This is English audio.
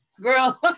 Girl